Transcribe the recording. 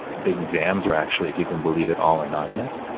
the exams are actually, if you can believe it, all anonymous.